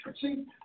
see